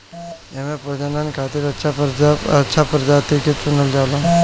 एमे प्रजनन खातिर अच्छा प्रजाति के चुनल जाला